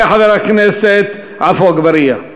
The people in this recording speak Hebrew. תודה לחבר הכנסת עפו אגבאריה.